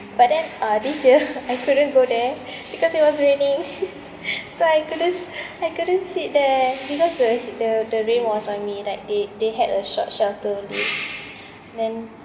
but then uh this year I couldn't go there because it was raining so I couldn't I couldn't sit there because the the the rain was on me like they they had a short shelter there then